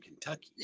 Kentucky